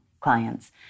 clients